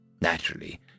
Naturally